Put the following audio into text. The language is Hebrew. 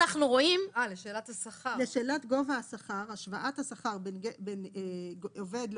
לשאלת גובה השכר, השוואת השכר בין עובד לעובדת,